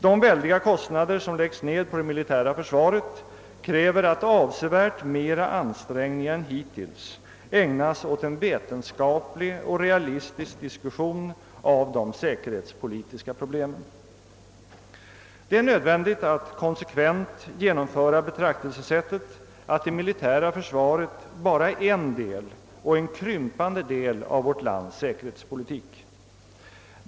De väldiga kostnader som läggs ner på det militära försvaret kräver att avsevärt mera ansträngningar än hittills ägnas åt en vetenskaplig och realistisk diskussion av de säkerhetspolitiska problemen. Det är nödvändigt att konsekvent genomföra betraktelsesättet, att det militära försvaret bara är en del, och en krympande del, av vårt lands säkerhetspolitik.